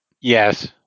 Yes